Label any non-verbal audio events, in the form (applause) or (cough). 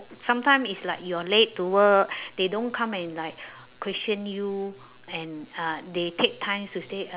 sometimes it's like you are late to work (breath) they don't come and like (breath) question you and uh they take time to say uh